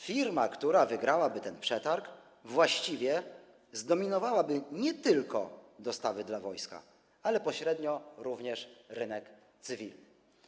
Firma, która wygrałaby ten przetarg, właściwie zdominowałaby nie tylko dostawy dla wojska, ale pośrednio również rynek cywilny.